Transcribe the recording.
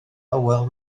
hywel